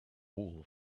wool